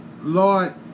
Lord